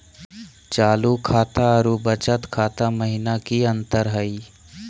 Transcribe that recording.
चालू खाता अरू बचत खाता महिना की अंतर हई?